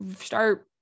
start